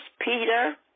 Peter